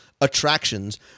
attractions